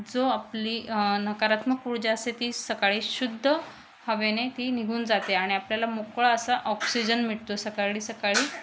जो आपली नकारात्मक उर्जा असते ती सकाळी शुद्ध हवेने ती निघून जाते आणि आपल्याला मोकळा असा ऑक्सिजन मिळतो सकाळी सकाळी